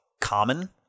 common